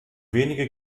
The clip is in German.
wenige